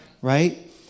Right